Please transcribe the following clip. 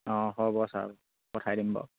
অঁ হ'ব ছাৰ পঠাই দিম বাৰু